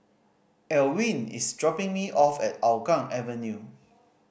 Elwyn is dropping me off at Hougang Avenue